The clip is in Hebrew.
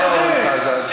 בשעה, תודה, אורן חזן.